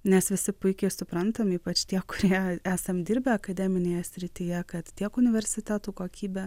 nes visi puikiai suprantam ypač tie kurie esam dirbę akademinėje srityje kad tiek universitetų kokybė